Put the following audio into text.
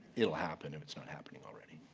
it will happen, if it's not happening already.